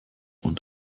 und